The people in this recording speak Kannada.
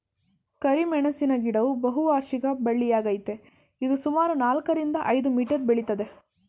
ಕರಿಮೆಣಸಿನ ಗಿಡವು ಬಹುವಾರ್ಷಿಕ ಬಳ್ಳಿಯಾಗಯ್ತೆ ಇದು ಸುಮಾರು ನಾಲ್ಕರಿಂದ ಐದು ಮೀಟರ್ ಬೆಳಿತದೆ